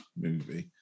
movie